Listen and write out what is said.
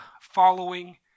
following